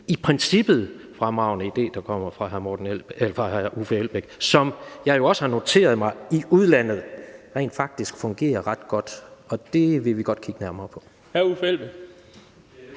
i princippet fremragende idé, der kommer fra hr. Uffe Elbæk, og som jeg jo også har noteret mig rent faktisk fungerer ret godt i udlandet, og det vil vi godt kigge nærmere på. Kl.